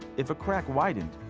if a crack widened,